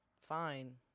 fine